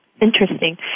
Interesting